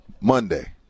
Monday